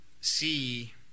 see